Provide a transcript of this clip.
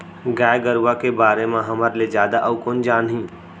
गाय गरूवा के बारे म हमर ले जादा अउ कोन जानही